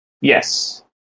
Yes